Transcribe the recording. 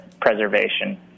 preservation